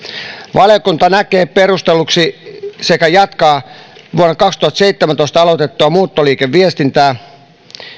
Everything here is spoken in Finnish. valiokunta näkee perustelluksi sekä jatkaa vuonna kaksituhattaseitsemäntoista aloitettua muuttoliikeviestintää